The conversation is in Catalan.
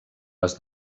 les